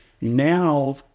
Now